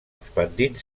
expandint